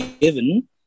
given